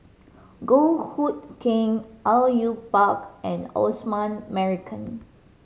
Goh Hood Keng Au Yue Pak and Osman Merican